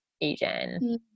Asian